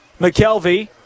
McKelvey